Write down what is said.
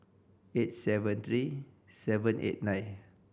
eight seven three seven eight nine